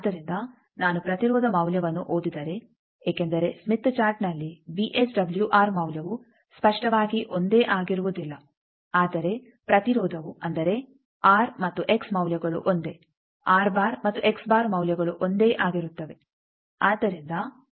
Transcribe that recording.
ಆದ್ದರಿಂದ ನಾನು ಪ್ರತಿರೋಧ ಮೌಲ್ಯವನ್ನು ಓದಿದರೆ ಏಕೆಂದರೆ ಸ್ಮಿತ್ ಚಾರ್ಟ್ನಲ್ಲಿ ವಿಎಸ್ಡಬ್ಲ್ಯೂಆರ್ ಮೌಲ್ಯವು ಸ್ಪಷ್ಟವಾಗಿ ಒಂದೇ ಆಗಿರುವುದಿಲ್ಲ ಆದರೆ ಪ್ರತಿರೋಧವು ಅಂದರೆ ಆರ್ ಮತ್ತು ಎಕ್ಸ್ ಮೌಲ್ಯಗಳು ಒಂದೇ ಮತ್ತು ಮೌಲ್ಯಗಳು ಒಂದೇ ಆಗಿರುತ್ತವೆ